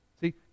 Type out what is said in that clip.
see